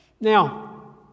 Now